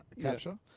capture